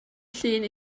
llun